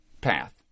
path